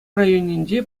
районӗнче